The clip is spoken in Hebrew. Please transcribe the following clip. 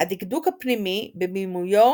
"הדקדוק הפנימי" – בבימויו